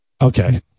okay